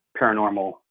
paranormal